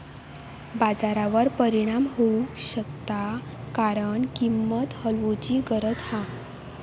बाजारावर परिणाम होऊ शकता कारण किंमत हलवूची गरज हा